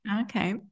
Okay